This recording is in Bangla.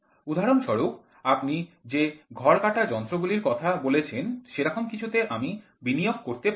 উদাহরণস্বরূপ আপনি যে ঘর কাটা যন্ত্রগুলির কথা বলেছেন সেরকম কিছুতে আমি বিনিয়োগ করতে পারি